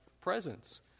presence